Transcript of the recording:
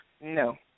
No